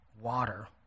water